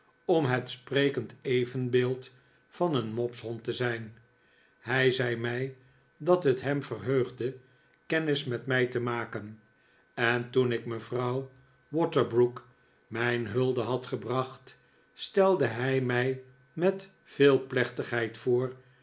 om het sprekend evenbeeld van een mopshond te zijn hij zei mij dat het hem verheugde kennis met mij te maken eh toen ik mevrouw waterbrook mijn hulde had gebracht stelde hij mij met veel plechtigheid voor